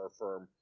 firm